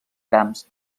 trams